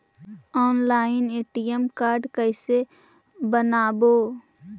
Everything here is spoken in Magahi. ऑनलाइन ए.टी.एम कार्ड कैसे बनाबौ?